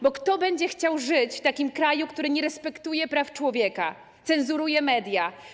Bo kto będzie chciał żyć w takim kraju, który nie respektuje praw człowieka, cenzuruje media?